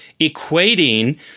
equating